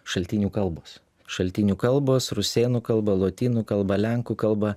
šaltinių kalbos šaltinių kalbos rusėnų kalba lotynų kalba lenkų kalba